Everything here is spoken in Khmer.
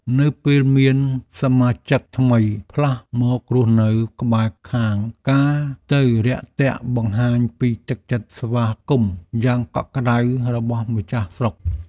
នៅពេលមានសមាជិកថ្មីផ្លាស់មករស់នៅក្បែរខាងការទៅរាក់ទាក់បង្ហាញពីទឹកចិត្តស្វាគមន៍យ៉ាងកក់ក្តៅរបស់ម្ចាស់ស្រុក។